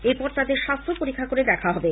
এরপর তাদের স্বাস্হ্য পরীক্ষা করে দেখা হবে